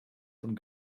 von